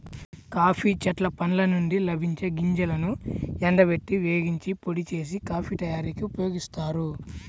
coffee చెట్ల పండ్ల నుండి లభించే గింజలను ఎండబెట్టి, వేగించి, పొడి చేసి, కాఫీ తయారీకి ఉపయోగిస్తారు